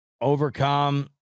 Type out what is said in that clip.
overcome